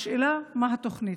השאלה, מה התוכנית?